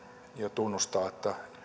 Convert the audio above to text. tunnustaa